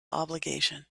obligation